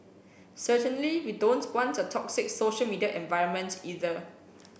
certainly we don't want a toxic social media environment either